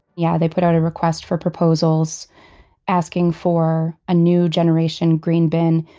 yeah they put out a request for proposals asking for a new generation green bin,